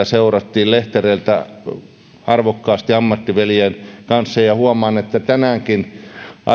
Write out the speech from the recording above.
seurattiin lehtereiltä arvokkaasti ammattiveljien kanssa ja ja huomaan että tänäänkin